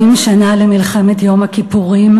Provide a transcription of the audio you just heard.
40 שנה למלחמת יום הכיפורים,